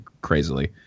crazily